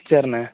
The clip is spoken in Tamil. சேரிண்ண